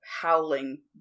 howling